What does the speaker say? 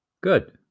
good